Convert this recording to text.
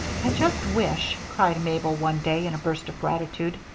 i just wish, cried mabel, one day, in a burst of gratitude,